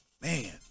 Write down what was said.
man